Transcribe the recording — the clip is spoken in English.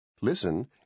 Listen